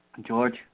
George